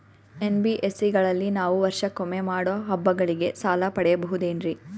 NBSC ಗಳಲ್ಲಿ ನಾವು ವರ್ಷಕೊಮ್ಮೆ ಮಾಡೋ ಹಬ್ಬಗಳಿಗೆ ಸಾಲ ಪಡೆಯಬಹುದೇನ್ರಿ?